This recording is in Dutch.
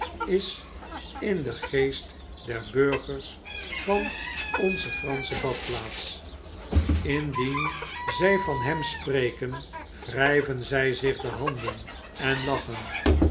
is in den geest der burgers van onze fransche badplaats indien zij van hem spreken wry ven zy zich de handen en lachen